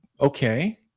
Okay